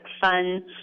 fun